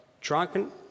drunken